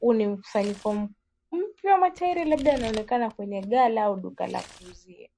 Huu ni mkusanyiko mpya matairi , labda yanaonekana kwenye gala au duka la kuuzia.